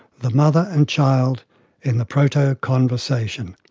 the mother and child in the proto-conversation.